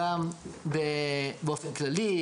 גם באופן כללי,